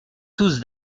tous